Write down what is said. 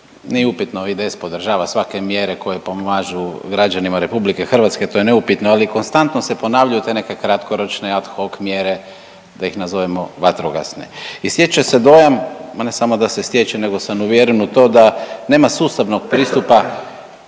nije upitno IDS podržava svake mjere koje pomažu građanima RH, to je neupitno, ali konstantno se ponavljaju te neke kratkoročne ad hoc mjere da ih nazovemo vatrogasne i stječe se dojam, ma ne samo da se stječe nego sam uvjeren u to da nema sustavnog pristupa